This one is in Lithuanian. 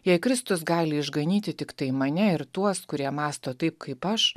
jei kristus gali išganyti tiktai mane ir tuos kurie mąsto taip kaip aš